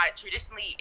traditionally